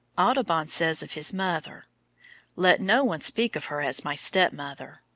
audubon says of his mother let no one speak of her as my step-mother.